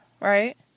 Right